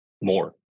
more